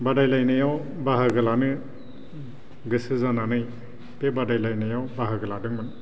बादायलायनायाव बाहागो लानो गोसो जानानै बे बादायलायनायाव बाहागो लादोंमोन